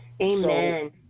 Amen